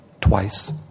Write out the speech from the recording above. twice